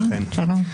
אכן.